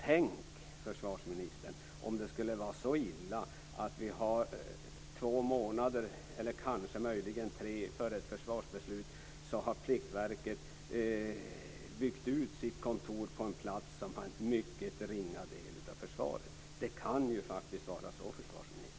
Tänk, försvarsministern, om det vore så illa att Pliktverket två, möjligen tre, månader före ett försvarsbeslut hade byggt ut sitt kontor på en plats som har en mycket ringa del av försvaret! Det kan faktiskt vara så, försvarsministern!